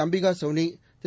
Ambika Soni Thiru